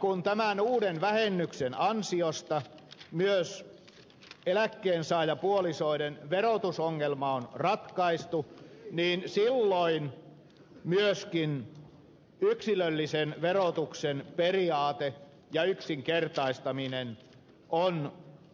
kun tämän uuden vähennyksen ansiosta myös eläkkeensaajapuolisoiden verotusongelma on ratkaistu niin se on laajin metelskin silloin yksilöllisen verotuksen periaate ja yksinkertaistaminen on